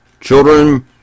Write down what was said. Children